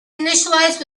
initialized